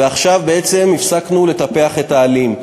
ועכשיו הפסקנו לטפח את העלים.